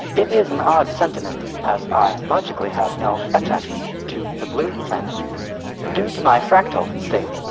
it is an odd sentiment as i logically have no attachment to the blue planet due to my fractal state,